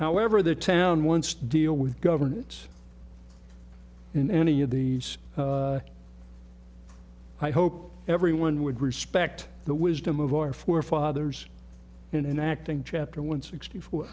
however the town once deal with governance in any of these i hope everyone would respect the wisdom of our forefathers in enacting chapter one sixty four